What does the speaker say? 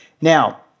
Now